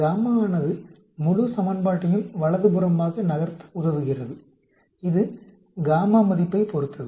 γ ஆனது முழு சமன்பாட்டையும் வலதுபுறமாக நகர்த்த உதவுகிறது இது γ மதிப்பைப் பொருத்தது